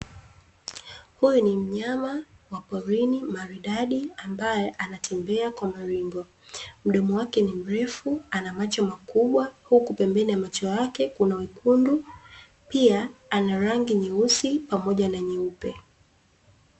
Huyu ni myama wa porini maridadi ambaye anatembea kwa maringo, mdomo wake ni mrefu ana macho makubwa huku pembeni ya macho yake kuna wekundu, pia ana rangi nyeusi pamoja na nyeupe.